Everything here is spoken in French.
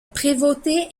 prévôté